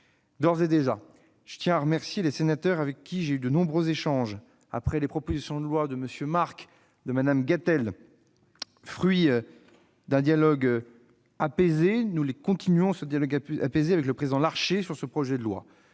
D'ores et déjà, je tiens à remercier les sénateurs avec qui j'ai eu de nombreux échanges, après les propositions de loi de M. Marc et de Mme Gatel, fruits d'un dialogue apaisé avec le président Larcher sur ce projet de loi.